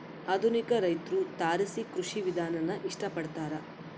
ಆಧುನಿಕ ರೈತ್ರು ತಾರಸಿ ಕೃಷಿ ವಿಧಾನಾನ ಇಷ್ಟ ಪಡ್ತಾರ